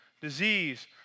disease